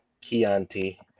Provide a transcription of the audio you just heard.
Chianti